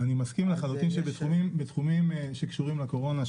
אני מסכים לחלוטין שבתחומים שקשורות לקורונה,